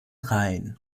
rhein